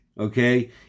okay